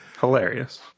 Hilarious